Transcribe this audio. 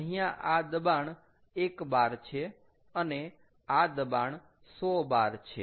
અહીંયા આ દબાણ 1 bar છે અને આ દબાણ 100 bar છે